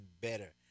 better